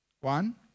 One